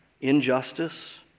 injustice